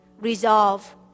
resolve